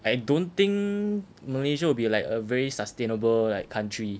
I don't think malaysia will be like a very sustainable like country